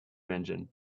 engine